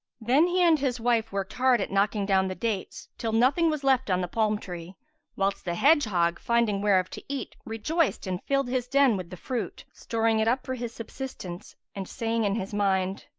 then he and his wife worked hard at knocking down the dates, till nothing was left on the palm-tree, whilst the hedgehog, finding whereof to eat, rejoiced and filled his den with the fruit, storing it up for his subsistence and saying in his mind,